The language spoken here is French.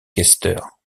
questeur